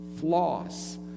Floss